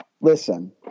Listen